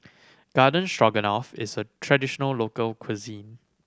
Garden Stroganoff is a traditional local cuisine